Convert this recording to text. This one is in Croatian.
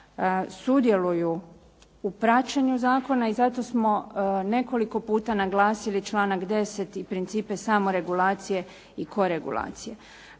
sudjeluju u praćenju Zakona, i zato smo nekoliko puta naglasiti članak 10. i principe samoregulacije i koregulacije.